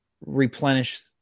replenish